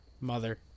Mother